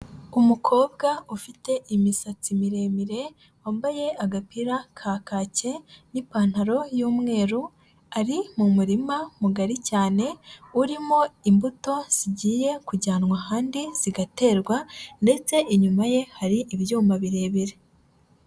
Umukobwa ufite imisatsi miremire, wambaye agapira ka kake n'ipantaro y'umweru ari mu murima mugari cyane urimo imbuto zigiye kujyanwa ahandi zigaterwa ndetse inyuma ye hari ibyuma birebire.